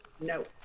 No